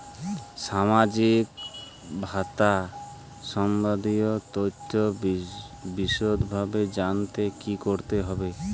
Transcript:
সামাজিক ভাতা সম্বন্ধীয় তথ্য বিষদভাবে জানতে কী করতে হবে?